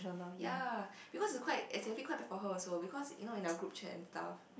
ya because it's quite as in quite big for her also because you know in our group chat and stuff